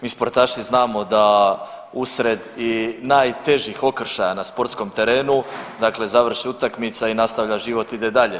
Mi sportaši znamo da i usred najtežih okršaja na sportskom terenu, dakle završi utakmica i nastavlja život ide dalje.